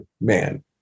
man